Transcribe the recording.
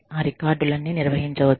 ఆ రికార్డు లన్నీ నిర్వహించవచ్చు